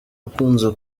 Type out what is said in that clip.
ukunze